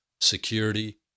security